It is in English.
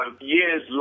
years